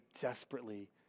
desperately